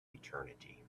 eternity